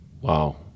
wow